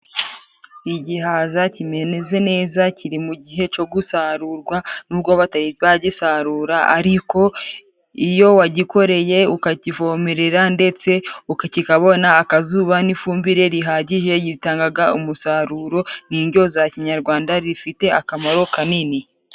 Igihaza kimeze neza kiri mu gihe cyo gusarurwa, nubwo batari bagisarura. Ariko iyo wagikoreye ukakivomerera, ndetse kikabona akazuba n'ifumbire rihagije, gitangaga umusaruro ni indyo za kinyarwanda zifite akamaro kanini.